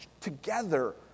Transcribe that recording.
together